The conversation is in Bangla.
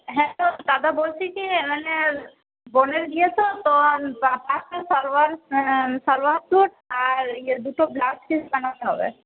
হ্যাঁ তো দাদা বলছি যে মানে বোনের বিয়ে তো তো সালোয়ার স্যুট আর ইয়ে দুটো ব্লাউজ পিস বানাতে হবে